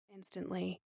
Instantly